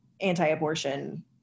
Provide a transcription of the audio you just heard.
anti-abortion